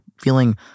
feeling